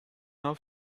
our